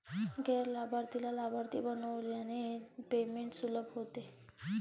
गैर लाभार्थीला लाभार्थी बनविल्याने पेमेंट सुलभ होते